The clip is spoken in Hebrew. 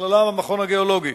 בכללם המכון הגיאולוגי,